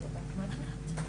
בבקשה.